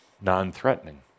non-threatening